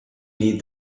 need